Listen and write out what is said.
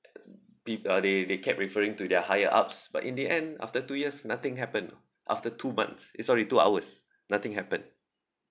peop~ uh they they kept referring to their higher ups but in the end after two years nothing happened after two months eh sorry two hours nothing happened